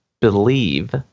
believe